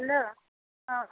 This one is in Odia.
ହେଲୋ ହଁ